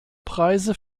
preise